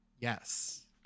yes